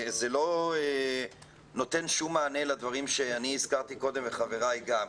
זה לא נותן שום מענה לדברים שאני הזכרתי קודם וחבריי גם,